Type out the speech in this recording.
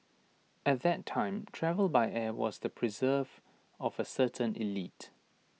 at that time travel by air was the preserve of A certain elite